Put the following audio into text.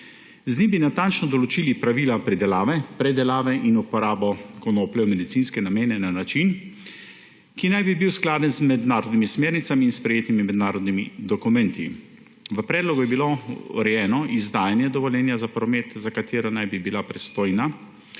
Z njim bi natančno določili pravila pridelave, predelave in uporabo konoplje v medicinske namene na način, ki naj bi bil skladen z mednarodnimi smernicami in sprejetimi mednarodnimi dokumenti. V predlogu je bilo urejeno izdajanje dovoljenja za promet, za katerega naj bi bila pristojna